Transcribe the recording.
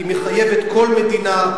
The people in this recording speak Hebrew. והיא מחייבת כל מדינה,